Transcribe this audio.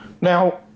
Now